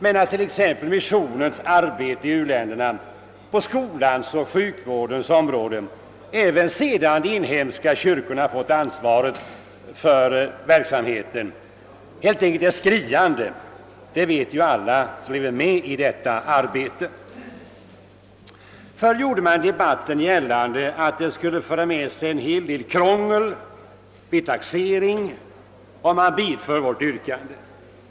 Men att t.ex. missionens arbete i uländerna på skolans och sjukvårdens område — även sedan de inhemska kyrkorna fått ansvaret för verksamheten — är betydande och behoven skriande, vet ju alla som lever med i detta arbete. Förr gjorde man i debatten gällande att det skulle föra med sig en hel del krångel vid taxeringen om man bifölle vårt yrkande.